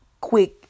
quick